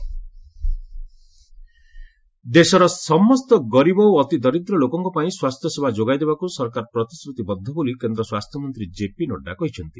AIIMS Nadda ଦେଶର ସମସ୍ତ ଗରିବ ଓ ଅତି ଦରିଦ୍ର ଲୋକଙ୍କ ପାଇଁ ସ୍ୱାସ୍ଥ୍ୟସେବା ଯୋଗାଇଦେବାକୁ ସରକାର ପ୍ରତିଶ୍ରୁତିବଦ୍ଧ ବୋଲି କେନ୍ଦ୍ର ସ୍ୱାସ୍ଥ୍ୟମନ୍ତ୍ରୀ କେପି ନଡ଼ୁ କହିଛନ୍ତି